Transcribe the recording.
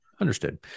Understood